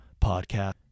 Podcast